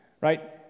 right